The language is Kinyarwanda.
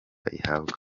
ihabwa